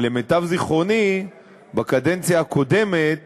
אבל למיטב זיכרוני, בקדנציה הקודמת